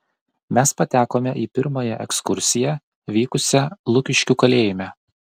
mes patekome į pirmąją ekskursiją vykusią lukiškių kalėjime